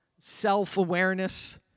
self-awareness